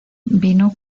vino